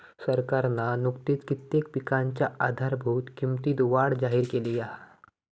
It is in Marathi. सरकारना नुकतीच कित्येक पिकांच्या आधारभूत किंमतीत वाढ जाहिर केली हा